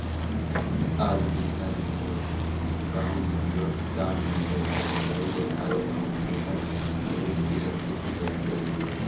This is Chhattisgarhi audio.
आज मैं हर मोर गांव मे यूवा किसान मन जघा भेंटाय बर आये हंव जेहर ढेरेच सुग्घर खेती करथे